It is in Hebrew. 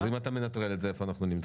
אז אם אתה מנטרל את זה, איפה אנחנו נמצאים?